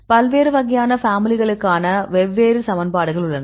பல்வேறு வகையான ஃபேமிலிகளுக்கான வெவ்வேறு சமன்பாடுகள் உள்ளன